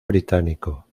británico